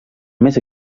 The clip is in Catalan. més